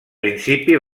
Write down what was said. principi